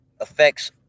affects